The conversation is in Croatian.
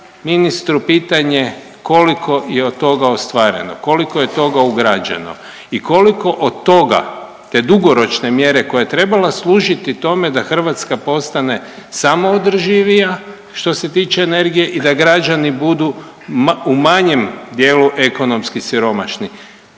ministru pitanje koliko je od toga ostvareno, koliko je toga ugrađeno i koliko od toga te dugoročne mjere koje je trebalo služiti tome da Hrvatska postane samo održivija što se tiče energije i da građani budu u manjem dijelu ekonomski siromašni,